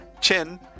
Chin